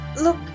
Look